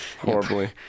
Horribly